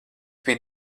biju